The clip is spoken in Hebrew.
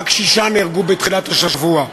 רק שישה נהרגו בתחילת השבוע.